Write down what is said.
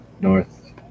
north